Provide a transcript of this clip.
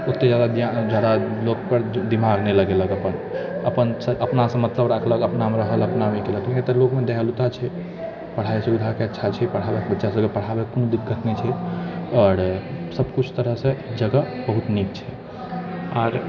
ओतेक ज्यादा लोकपर दिमाग नहि लगेलक अपन अपन अपनासँ मतलब राखलक अपनामे रहल अपनामे केलक एतऽ लोकमे दयालुता छै पढ़ाइ सुविधाके अच्छा छै पढ़ैवला बच्चाके पढ़ाइमे कोनो दिक्कत नहि छै आओर सबकिछु तरहसँ जगह बहुत नीक छै आओर